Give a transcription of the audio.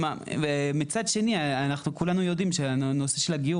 מצד שני אנחנו כולנו יודעים שהנושא של הגיור